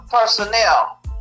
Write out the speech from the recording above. personnel